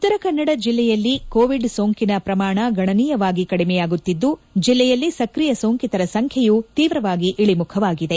ಉತ್ತರಕನ್ನಡ ಜಿಲ್ಲೆಯಲ್ಲಿ ಕೋವಿಡ್ ಸೊಂಕಿನ ಪ್ರಮಾಣ ಗಣನೀಯವಾಗಿ ಕಡಿಮೆಯಾಗುತ್ತಿದ್ದು ಜಿಲ್ಲೆಯಲ್ಲಿನ ಸಕ್ರಿಯ ಸೊಂಕಿತರ ಸಂಖ್ಯೆಯೂ ತೀವ್ರವಾಗಿ ಇಳಿಮುಖವಾಗಿದೆ